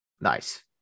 Nice